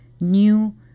new